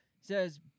says